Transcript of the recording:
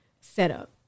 setup